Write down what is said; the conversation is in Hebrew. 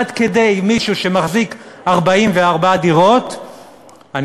עד כדי 44 דירות שמחזיק מישהו,